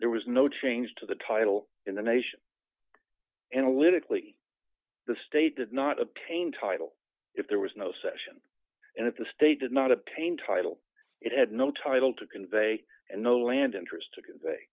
there was no change to the title in the nation analytically the state did not obtain title if there was no session and if the state did not obtain title it had no title to convey and no land interests